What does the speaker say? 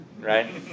right